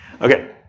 Okay